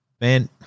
man